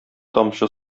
тамчы